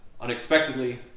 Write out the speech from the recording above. unexpectedly